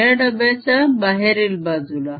या डब्ब्याच्या बाहेरील बाजूला